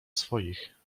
swoich